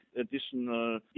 additional